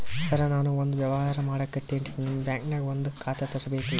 ಸರ ನಾನು ಒಂದು ವ್ಯವಹಾರ ಮಾಡಕತಿನ್ರಿ, ನಿಮ್ ಬ್ಯಾಂಕನಗ ಒಂದು ಖಾತ ತೆರಿಬೇಕ್ರಿ?